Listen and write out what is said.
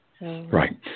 Right